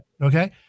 Okay